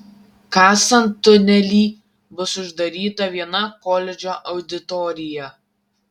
kasant tunelį bus uždaryta viena koledžo auditorija